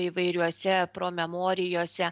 įvairiuose promemorijose